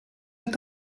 est